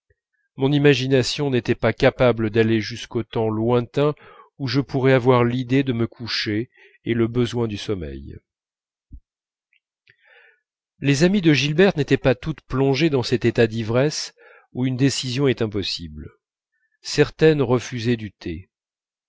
mon imagination n'était pas capable d'aller jusqu'au temps lointain où je pourrais avoir l'idée de me coucher et le besoin du sommeil les amies de gilberte n'étaient pas toutes plongées dans cet état d'ivresse où une décision est impossible certaines refusaient du thé